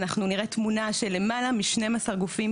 אנחנו נראה תמונה של למעלה מ-12 גופים,